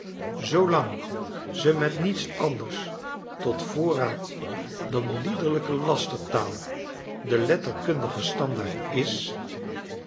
zoolang ze met niets anders tot voorraad dan liederlijke lastertaal de letterkundige standaard is